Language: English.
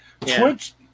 Twitch